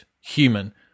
human